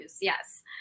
Yes